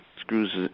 screws